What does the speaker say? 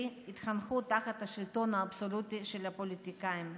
יתחנכו תחת השלטון האבסולוטי של הפוליטיקאים.